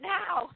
now